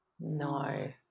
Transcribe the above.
No